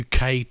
UK